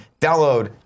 download